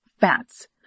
fats